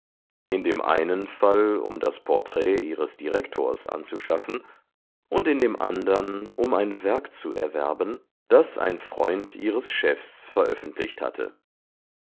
in dem einen fall um das porträt ihres direktors anzuschaffen und in dem andern um ein werk zu erwerben das ein freund ihres chefs veröffentlicht hatte